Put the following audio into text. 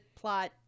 plot